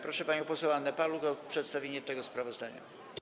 Proszę panią poseł Annę Paluch o przedstawienie tego sprawozdania.